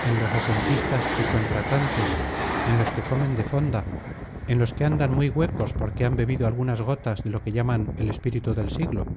en los asentistas y contratantes en los que comen de fonda en los que andan muy huecos porque han bebido algunas gotas de lo que llaman el espíritu del siglo